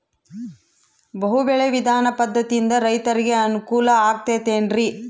ಬಹು ಬೆಳೆ ವಿಧಾನ ಪದ್ಧತಿಯಿಂದ ರೈತರಿಗೆ ಅನುಕೂಲ ಆಗತೈತೇನ್ರಿ?